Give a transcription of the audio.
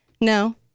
No